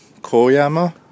Koyama